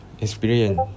experience